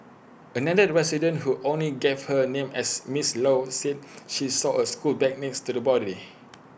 another resident who only gave her name as miss low said she saw A school bag next to the body